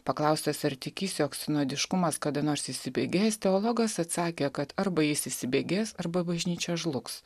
paklaustas ar tikys jog sinodiškumas kada nors įsibėgės teologas atsakė kad arba jis įsibėgės arba bažnyčia žlugs